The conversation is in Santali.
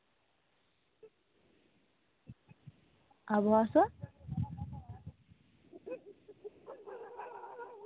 ᱟᱨ ᱵᱚᱦᱚᱜ ᱦᱟᱹᱥᱩᱣᱟᱜ